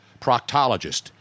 proctologist